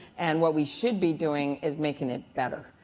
and what we should be doing is making it better.